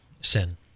sin